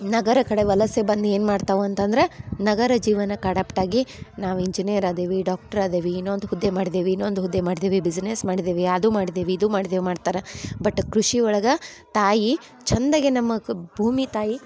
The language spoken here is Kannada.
ನಗರ ಕಡೆ ವಲಸೆ ಬಂದು ಏನು ಮಾಡ್ತಾವು ಅಂತಂದ್ರೆ ನಗರ ಜೀವನಕ್ಕೆ ಅಡಾಪ್ಟ್ ಆಗಿ ನಾವು ಇಂಜಿನಿಯರ್ ಅದೇವಿ ನಾವು ಡಾಕ್ಟ್ರ್ ಅದೇವಿ ಇನ್ನೊಂದು ಹುದ್ದೆ ಮಾಡ್ದೇವಿ ಇನ್ನೊಂದು ಹುದ್ದೆ ಮಾಡ್ದೇವಿ ಬಿಸಿನೆಸ್ ಮಾಡ್ದೇವಿ ಅದು ಮಾಡ್ದೇವಿ ಇದು ಮಾಡ್ದೇವಿ ಮಾಡ್ತಾರ ಬಟ್ ಕೃಷಿ ಒಳಗೆ ತಾಯಿ ಛಂದಗೆ ನಮ್ಮ ಭೂಮಿತಾಯಿ